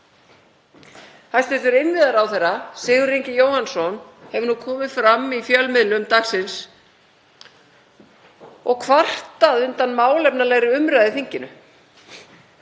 Hæstv. innviðaráðherra Sigurður Ingi Jóhannsson hefur komið fram í fjölmiðlum dagsins og kvartað undan málefnalegri umræðu í þinginu.